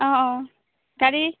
অঁ অঁ গাড়ী